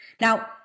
Now